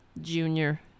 Junior